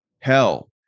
hell